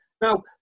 Now